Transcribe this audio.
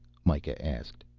mikah asked.